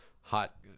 hot